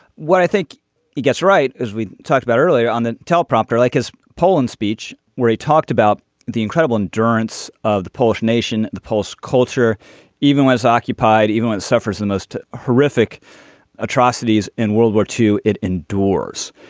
what i think he gets right as we talked about earlier on the teleprompter like his poland speech where he talked about the incredible endurance of the polish nation the poles culture even was occupied even when it suffers the most horrific atrocities in world war two it indoors.